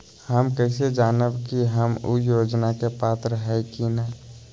हम कैसे जानब की हम ऊ योजना के पात्र हई की न?